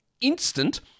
instant